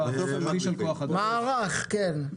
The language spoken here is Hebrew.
מערך כן.